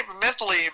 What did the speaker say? mentally